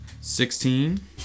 Sixteen